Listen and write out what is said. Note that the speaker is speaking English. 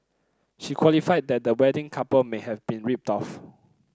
she qualified that the wedding couple may have been ripped off